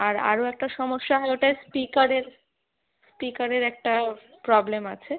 আর আরও একটা সমস্যা হয় ওটায় স্পিকারের স্পিকারের একটা প্রবলেম আছে